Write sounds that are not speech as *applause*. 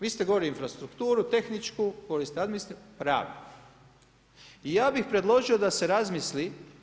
Vi ste govorili infrastrukturu tehničku, govorili ste administrativnu, … *unintelligible* I ja bih predložio da se razmisli.